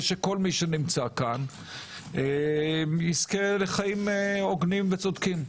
שכל מי שנמצא פה יזכה לחיים הוגנים וצודקים.